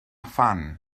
phan